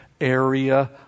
area